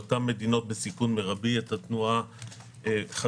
לגבי אותן מדינות בסיכון מרבי את התנועה חזרה.